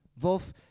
Wolf